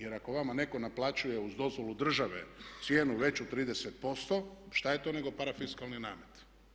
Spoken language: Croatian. Jer ako vama netko naplaćuje uz dozvolu države cijenu veću 30%, šta je to nego parafiskalni namet?